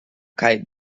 kaj